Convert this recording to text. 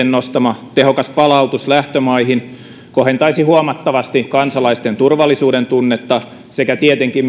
nostama tehokas palautus lähtömaihin kohentaisi huomattavasti kansalaisten turvallisuudentunnetta sekä tietenkin